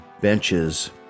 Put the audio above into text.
benches